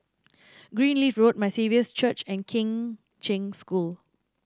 Greenleaf Road My Saviour's Church and Kheng Cheng School